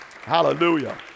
Hallelujah